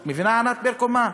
את מבינה, ענת ברקו, מה?